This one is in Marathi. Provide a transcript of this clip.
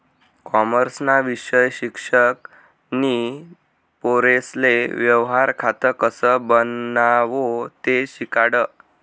कॉमर्सना विषय शिक्षक नी पोरेसले व्यवहार खातं कसं बनावो ते शिकाडं